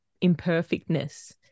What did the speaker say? imperfectness